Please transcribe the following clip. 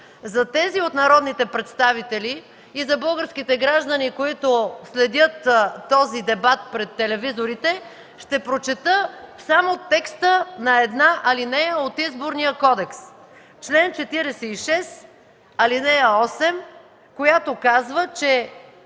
За тези от народните представители и за българските граждани, които следят този дебат пред телевизорите, ще прочета само текста на една алинея от Изборния кодекс – чл. 46, ал. 8, която казва,